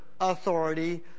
authority